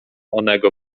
onego